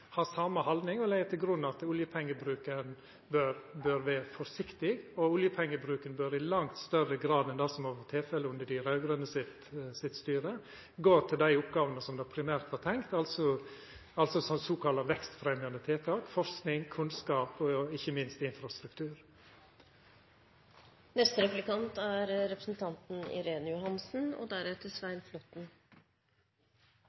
ha same haldning og leggja til grunn at oljepengebruken bør vera forsiktig. Oljepengebruken bør i langt større grad enn det som har vore tilfellet under dei raud-grøne sitt styre, gå til dei oppgåvene som primært var tenkt, som såkalla vekstfremjande tiltak, forsking, kunnskap og ikkje minst infrastruktur. Jeg vil starte med å gratulere Venstre med et eget budsjettforslag som tydelig viser Venstres profil og